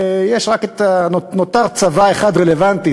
נותר צבא אחד רלוונטי,